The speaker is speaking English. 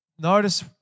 Notice